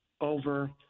over